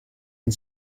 and